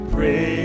Pray